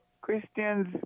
Christians